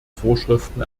vorschriften